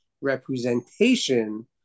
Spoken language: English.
representation